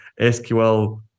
sql